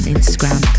Instagram